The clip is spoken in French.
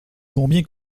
combien